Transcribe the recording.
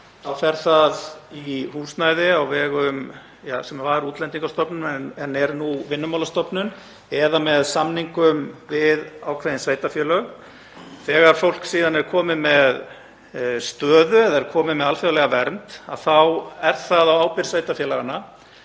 þá fer það í húsnæði á vegum Útlendingastofnunar sem áður var, en er nú Vinnumálastofnun, eða með samningum við ákveðin sveitarfélög. Þegar fólk er síðan komið með stöðu eða er komið með alþjóðlega vernd þá er það á ábyrgð sveitarfélaganna